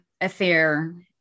affair